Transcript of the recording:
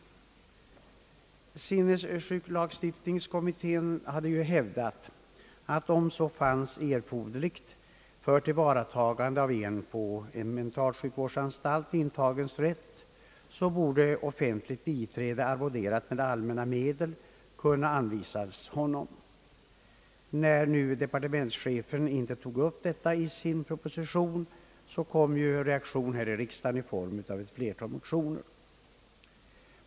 Sinnessjuklagstiftningskommittén hade hävdat, att om så befanns erforderligt för tillvaratagande av en på mentalsjukvårdsanstalt intagens rätt borde offentligt biträde, arvoderat med allmänna medel, kunna anvisas honom. När departementschefen nu inte tog upp detta förslag i sin proposition kom en reaktion här i riksdagen i form av ett flertal motioner.